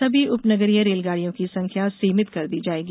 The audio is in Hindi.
सभी उपनगरीय रेलगाड़ियां की संख्या सीमित कर दी जाएगी